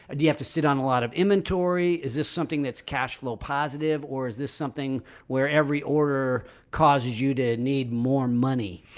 ah do you have to sit on a lot of inventory? is this something that's cashflow positive? or is this something where every order causes you to need more money?